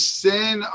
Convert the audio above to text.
sin